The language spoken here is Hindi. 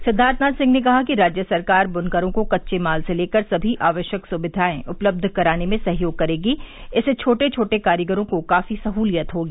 सिद्वार्थनाथ सिंह ने कहा कि राज्य सरकार बुनकरों को कच्चे माल से लेकर सभी आवश्यक सुविधाएं उपलब्ध कराने में सहयोग करेगी इससे छोटे छोटे कारीगरों को काफी सहूलियत होगी